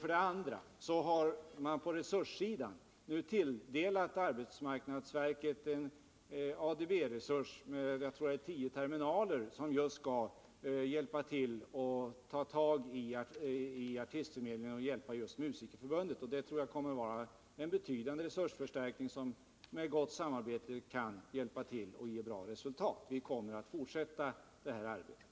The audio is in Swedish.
För det andra har arbetsmarknadsverket tilldelats en ADB-resurs som, om jag minns rätt, omfattar tio terminaler. De skall användas för artistförmedlingen och kommer alltså att vara till hjälp för just Musikerförbundet. Jag tror att detta kommer att bli en betydande resursförstärkning, som genom gott samarbete mellan verket och förbundet kan komma att ge ett bra resultat. Vi kommer att fortsätta med det arbetet.